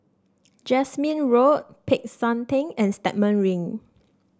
Jasmine Road Peck San Theng and Stagmont Ring